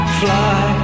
fly